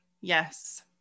Yes